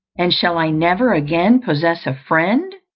and shall i never again possess a friend,